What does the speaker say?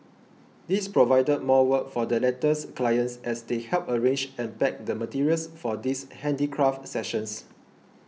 this provided more work for the latter's clients as they helped arrange and pack the materials for these handicraft sessions